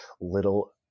little